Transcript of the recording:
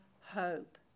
hope